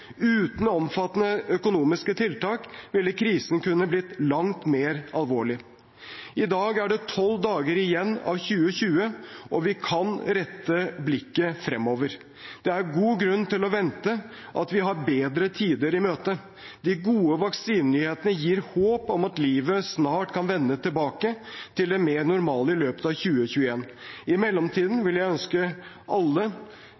Uten omfattende økonomiske tiltak kunne krisen blitt langt mer alvorlig. I dag er det tolv dager igjen av 2020, og vi kan rette blikket fremover. Det er god grunn til å vente at vi har bedre tider i møte. De gode vaksinenyhetene gir håp om at livet snart kan vende tilbake til det mer normale i løpet av 2021. I mellomtiden vil jeg ønske alle